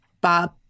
Bob